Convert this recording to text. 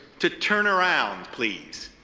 to turn around, please,